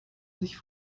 sich